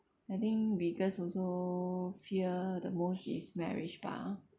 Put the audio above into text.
I think biggest also fear the most is marriage bah